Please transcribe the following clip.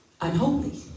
unholy